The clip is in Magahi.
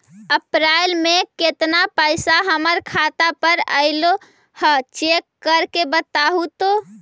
अप्रैल में केतना पैसा हमर खाता पर अएलो है चेक कर के बताहू तो?